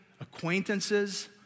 acquaintances